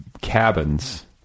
cabins